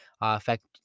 affect